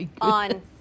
on